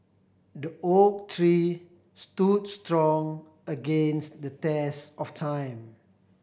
the oak tree stood strong against the test of time